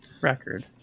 record